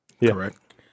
correct